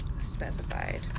specified